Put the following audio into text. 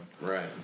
Right